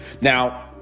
Now